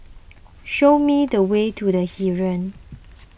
show me the way to the Heeren